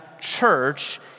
church